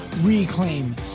reclaim